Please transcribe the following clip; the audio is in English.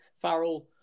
Farrell